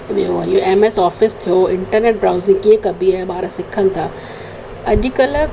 ॿियो वरी M S office थियो इंटरनेट ब्राउज़िंग कीअं कबी आहे ॿार सिखनि था अॼु कल्ह